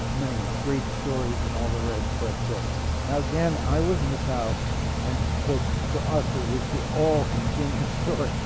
many great stories and all the rest, but, now, again, i was in the south and for for us it was the all consuming story.